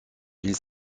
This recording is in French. ils